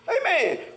Amen